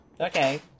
Okay